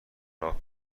راه